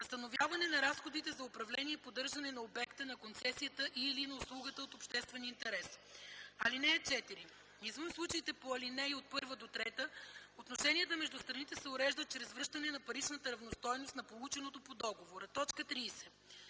възстановяване на разходите за управление и поддържане на обекта на концесията и/или на услугата от обществен интерес. (4) Извън случаите по ал. 1-3 отношенията между страните се уреждат чрез връщане на паричната равностойност на полученото по договора.” 30.